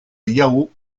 yao